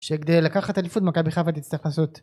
שכדי לקחת אליפות מכבי חיפה תצטרך לעשות